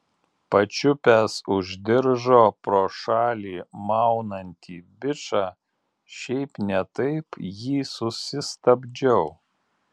pačiupęs už diržo pro šalį maunantį bičą šiaip ne taip jį susistabdžiau